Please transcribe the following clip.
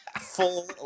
Full